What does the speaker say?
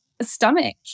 stomach